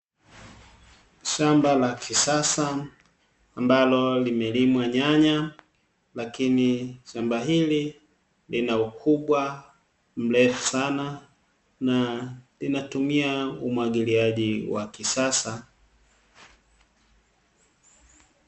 Shamba la kisasa, ambalo limelimwa nyanya, lakini shamba hili lina ukubwa mrefu sana na linatumia umwagiliaji wa kisasa.